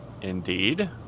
Indeed